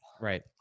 Right